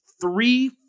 three